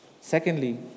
secondly